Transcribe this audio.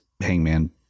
hangman